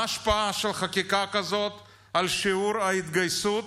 מה ההשפעה של חקיקה כזאת על שיעור ההתגייסות